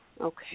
Okay